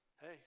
Hey